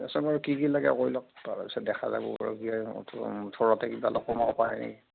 তাৰপাছত বাৰু কি কি লাগে কৈ লওক তাৰপাছত দেখা যাব বাৰু কি হয়